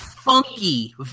funky